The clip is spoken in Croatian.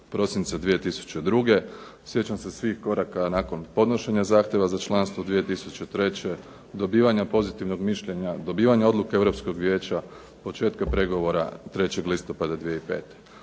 18.12.2002. Sjećam se svih koraka nakon podnošenja zahtjeva za članstvo 2003., dobivanja pozitivnog mišljenja, dobivanja odluke Europskog vijeća od početka pregovora 3. listopada 2005.